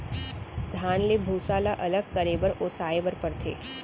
धान ले भूसा ल अलग करे बर ओसाए बर परथे